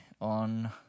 on